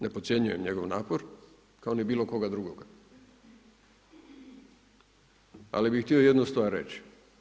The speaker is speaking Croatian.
Ne podcjenjujem njegov napor kao ni bilo koga drugoga, ali bih htio jednu stvar reći.